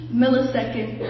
millisecond